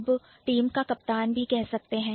आप टीम का कप्तान भी कह सकते हैं